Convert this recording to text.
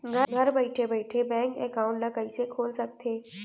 घर बइठे बइठे बैंक एकाउंट ल कइसे खोल सकथे?